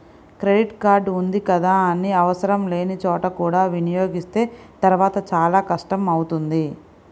credit card ఉంది కదా అని ఆవసరం లేని చోట కూడా వినియోగిస్తే తర్వాత చాలా కష్టం అవుతుంది